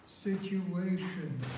situation